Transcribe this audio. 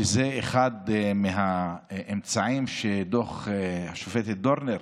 שזה אחד האמצעים שדוח השופטת דורנר